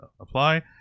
apply